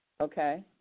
Okay